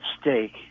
stake